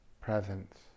presence